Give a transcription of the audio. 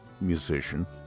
musician